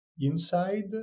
inside